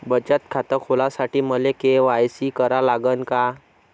बचत खात खोलासाठी मले के.वाय.सी करा लागन का?